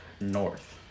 north